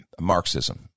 Marxism